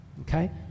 Okay